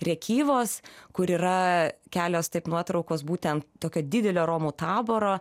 rėkyvos kur yra kelios nuotraukos būtent tokio didelio romų taboro